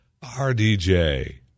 RDJ